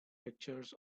pictures